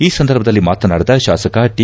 ಈ ಸಂದರ್ಭದಲ್ಲಿ ಮಾತನಾಡಿದ ಶಾಸಕ ಟಿ